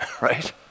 right